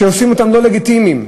שעושים אותם לא לגיטימיים,